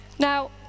Now